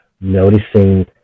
noticing